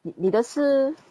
你的是